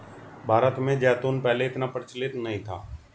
भारत में जैतून पहले इतना प्रचलित नहीं था